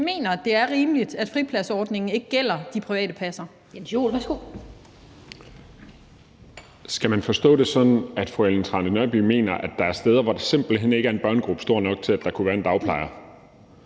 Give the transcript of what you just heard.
Lind): Jens Joel, værsgo. Kl. 12:30 Jens Joel (S): Skal man forstå det sådan, at fru Ellen Trane Nørby mener, at der er steder, hvor der simpelt hen ikke er en børnegruppe, der er stor nok til, at der kunne være en dagplejer?